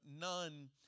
none